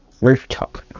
rooftop